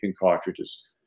cartridges